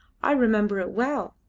i remember it well.